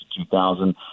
2000